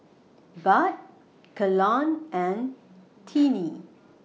Bud Kelan and Tiney